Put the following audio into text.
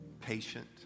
patient